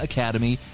Academy